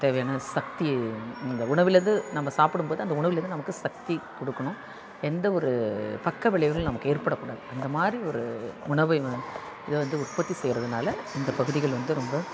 தேவையான சக்தி இந்த உணவுலிருந்து நம்ம சாப்பிடும் போது அந்த உணவுலிருந்து நமக்கு சக்தி கொடுக்கணும் எந்த ஒரு பக்கவிளைவுகள் நமக்கு ஏற்படக்கூடாது அந்த மாதிரி ஒரு உணவை வந்து இது உற்பத்தி செய்கிறதுனால இந்த பகுதிகள் வந்து ரொம்ப